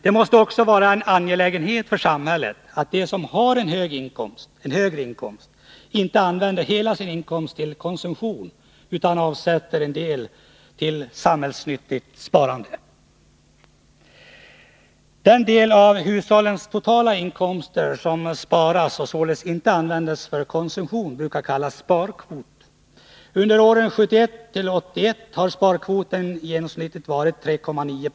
Det måste också vara angeläget för samhället att de som har en högre inkomst inte använder hela inkomsten till konsumtion utan avsätter en del till samhällsnyttigt sparande. Den del av hushållens totala inkomster som sparas, och således inte används för konsumtion, brukar kallas sparkvot. Under åren 1971-1981 har sparkvoten genomsnittligt varit 3,9 70.